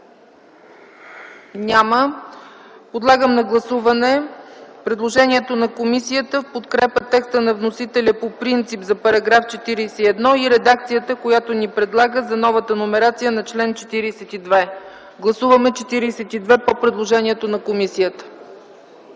Няма. Подлагам на гласуване предложението на комисията в подкрепа текста на вносителя по принцип за § 41 и редакцията, която ни предлага, за новата номерация на чл. 42. Гласуваме § 42 по предложението на комисията.